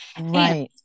Right